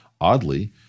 oddly